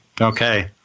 Okay